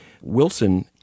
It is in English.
Wilson